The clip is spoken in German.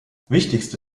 wichtigste